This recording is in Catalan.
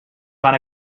van